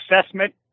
assessment